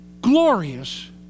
glorious